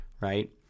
right